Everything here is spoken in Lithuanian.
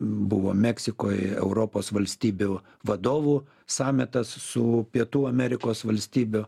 buvo meksikoj europos valstybių vadovų samitas su pietų amerikos valstybių